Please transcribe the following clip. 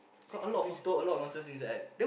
got a lot of photo a lot of nonsense inside